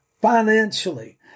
financially